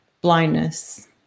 blindness